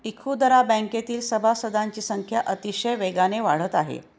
इखुदरा बँकेतील सभासदांची संख्या अतिशय वेगाने वाढत आहे